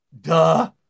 Duh